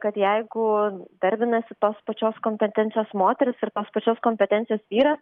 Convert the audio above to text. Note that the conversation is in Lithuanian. kad jeigu darbinasi tos pačios kompetencijos moteris ir tos pačios kompetencijos vyras